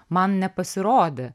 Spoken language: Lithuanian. man nepasirodė